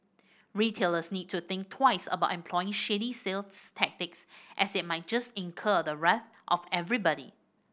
retailers need to think twice about employing shady sales tactics as it might just incur the wrath of everybody